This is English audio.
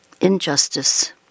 injustice